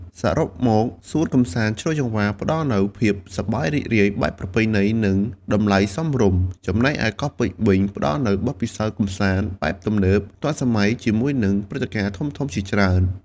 សរុបមក សួនកម្សាន្តជ្រោយចង្វារផ្ដល់នូវភាពសប្បាយរីករាយបែបប្រពៃណី និងតម្លៃសមរម្យ ចំណែកឯកោះពេជ្រវិញផ្ដល់នូវបទពិសោធន៍កម្សាន្តបែបទំនើប ទាន់សម័យ ជាមួយនឹងព្រឹត្តិការណ៍ធំៗជាច្រើន។